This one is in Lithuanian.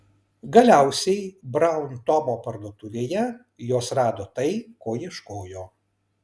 galiausiai braun tomo parduotuvėje jos rado tai ko ieškojo